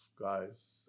guys